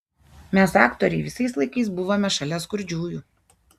mes aktoriai visais laikais buvome šalia skurdžiųjų